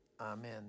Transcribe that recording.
Amen